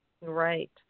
Right